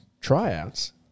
tryouts